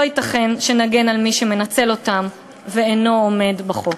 לא ייתכן שנגן על מי שמנצל אותם ואינו עומד בדרישות החוק.